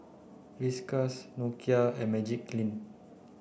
Whiskas Nokia and Magiclean